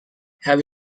have